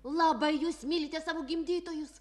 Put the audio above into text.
labai jūs mylite savo gimdytojus